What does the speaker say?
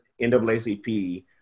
NAACP